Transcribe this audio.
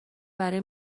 برای